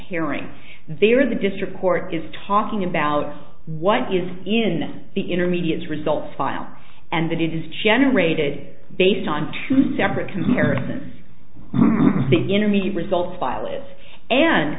comparing they are the district court is talking about what is in the intermediate results file and that it is generated based on two separate comparisons the intermediate results pilots and